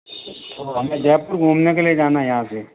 हमें जयपुर घूमने के लिए जाना है यहाँ से